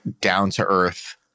down-to-earth